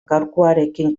gaurkoarekin